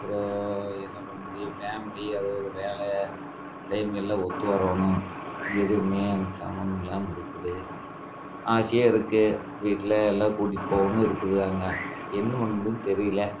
அப்புறம் என்ன பண்ண முடியும் ஃபேமிலி அதோடு வேலை டைம் எல்லாம் ஒத்து வரணும் எதுவுமே எனக்கு சம்மந்தம் இல்லாமல் இருக்குது ஆசையாக இருக்குது வீட்டில் எல்லாம் கூட்டிகிட்டு போகணுன்னு இருக்குது அங்கே என்ன பண்ண முடியும்னு தெரியல